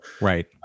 right